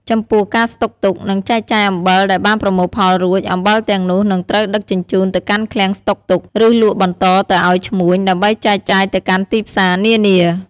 ចំពោះ ការស្តុកទុក និងចែកចាយអំបិលដែលបានប្រមូលផលរួច អំបិលទាំងនោះនឹងត្រូវដឹកជញ្ជូនទៅកាន់ឃ្លាំងស្តុកទុក ឬលក់បន្តទៅឱ្យឈ្មួញ ដើម្បីចែកចាយទៅកាន់ទីផ្សារនានា។